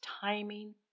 timing